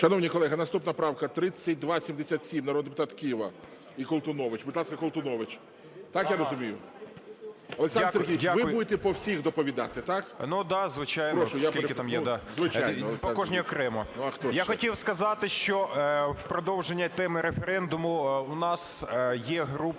Шановні колеги, наступна правка 3277, народні депутати Кива і Колтунович. Будь ласка, Колтунович. Так я розумію? Олександре Сергійовичу, ви будете по всіх доповідати, так? Прошу. 12:45:38 КОЛТУНОВИЧ О.С. Звичайно. Скільки там є, по кожній окремо. Я хотів сказати в продовження теми референдуму. У нас є група